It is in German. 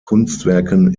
kunstwerken